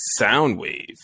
Soundwave